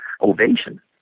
ovation